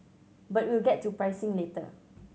but we'll get to pricing later